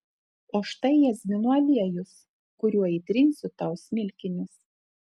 o štai jazminų aliejus kuriuo įtrinsiu tau smilkinius